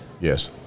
Yes